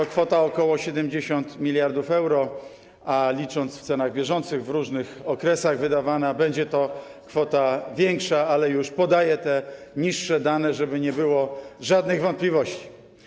Ta kwota to ok. 70 mld euro, a licząc w cenach bieżących - w różnych okresach będzie wydawana - będzie to kwota większa, ale już podaję te niższe dane, żeby nie było żadnych wątpliwości.